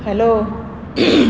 hello